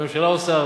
הממשלה עושה הרבה,